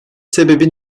sebebi